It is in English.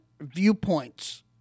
viewpoints